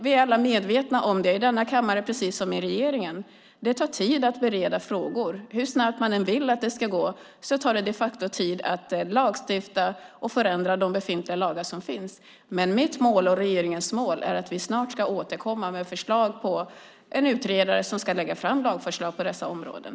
Vi är alla medvetna, både i denna kammare och i regeringen, om att det tar tid att bereda frågor. Hur snabbt man än vill att det ska gå tar det de facto tid att lagstifta och ändra de befintliga lagarna. Mitt och regeringens mål är att snart återkomma med förslag på en utredare som ska lägga fram lagförslag på dessa områden.